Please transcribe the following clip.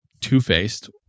two-faced